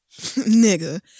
Nigga